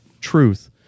truth